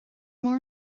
mór